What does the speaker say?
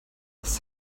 was